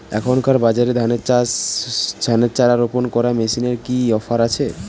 এখনকার বাজারে ধানের চারা রোপন করা মেশিনের কি অফার আছে?